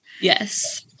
Yes